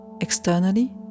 externally